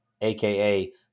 AKA